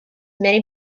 many